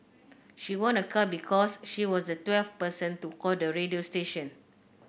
she won a car because she was the twelfth person to call the radio station